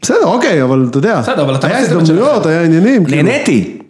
בסדר אוקיי אבל אתה יודע, היתה הזדמנויות היה עניינים, נהנתי.